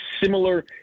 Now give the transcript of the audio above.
similar